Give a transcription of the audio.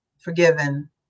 forgiven